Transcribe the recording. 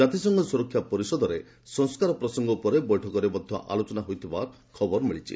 ଜାତିସଂଘ ସୁରକ୍ଷା ପରିଷଦରେ ସଂସ୍କାର ପ୍ରସଙ୍ଗ ଉପରେ ବୈଠକରେ ଆଲୋଚନା ହୋଇଥିବାର ଖବର ମିଳିଛି